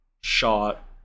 shot